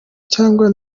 cyangwa